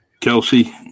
Kelsey